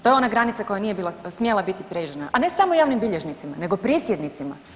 To je ona granica koja nije smjela biti prijeđena, a ne samo javnim bilježnicima nego prisjednicima.